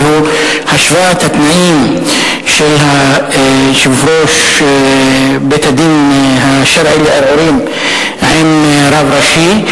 והוא השוואת התנאים של יושב-ראש בית-הדין השרעי לערעורים לרב ראשי.